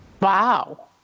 Wow